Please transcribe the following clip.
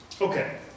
Okay